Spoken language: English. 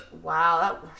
Wow